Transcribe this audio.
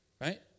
Right